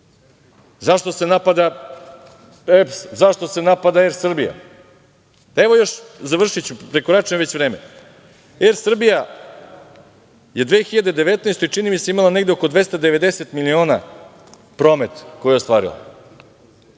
Zašto se napada EPS, zašto se napada Er Srbija. Završiću, prekoračujem već vreme. Er Srbija je 2019. godine imala negde, čini mi se oko 290 miliona promet koji je ostvarila,